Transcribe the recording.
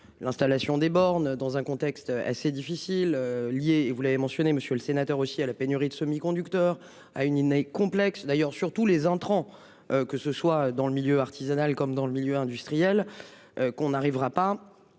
l'installation des bornes dans un contexte assez difficile, liées et vous l'avez mentionné monsieur le sénateur aussi à la pénurie de semi-conducteurs à une Inès complexe d'ailleurs surtout les entrants, que ce soit dans le milieu artisanal, comme dans le milieu industriel. Qu'on n'arrivera pas.